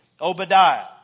Obadiah